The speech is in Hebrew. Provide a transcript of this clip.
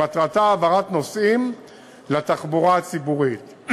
ומטרתה העברת נוסעים לתחבורה הציבורית.